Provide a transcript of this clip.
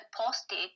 posted